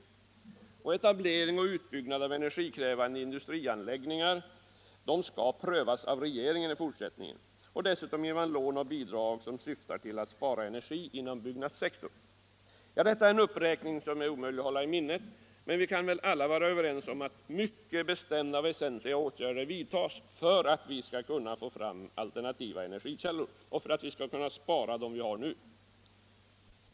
Etablering och utbyggnad av energikrävande industrianläggningar skall i fortsättningen prövas av regeringen. Lån och bidrag skall ges för åtgärder som syftar till att spara energi inom byggnadssektorn. Detta är en uppräkning som är omöjlig att hålla i minnet. Men vi kan väl alla vara överens om att mycket bestämda och väsentliga åtgärder bör vidtas för att vi skall kunna få fram alternativa energikällor och för att vi skall kunna spara dem vi har nu.